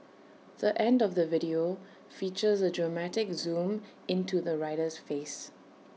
the end of the video features A dramatic zoom into the rider's face